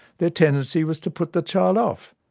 their tendency was to put the child off,